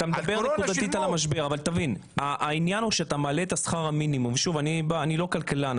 אני לא כלכלן,